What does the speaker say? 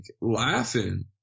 laughing